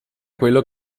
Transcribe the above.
quello